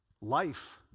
Life